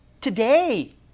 today